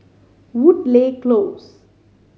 Woodleigh Close